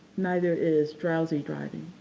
neither is drowsy driving.